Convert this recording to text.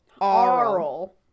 Aural